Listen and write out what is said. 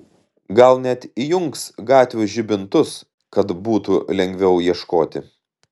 gal net įjungs gatvių žibintus kad būtų lengviau ieškoti